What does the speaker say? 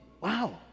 Wow